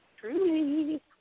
Truly